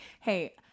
Hey